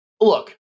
look